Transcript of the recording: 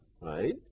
right